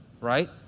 right